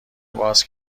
باز